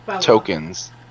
tokens